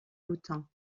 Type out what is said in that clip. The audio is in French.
autun